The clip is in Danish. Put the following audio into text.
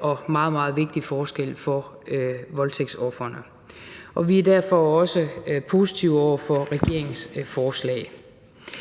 og meget, meget vigtig forskel for voldtægtsofrene, og vi er derfor også positive over for regeringens forslag.